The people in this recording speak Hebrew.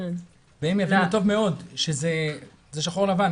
והם הבינו טוב מאוד שזה שחור-לבן,